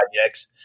projects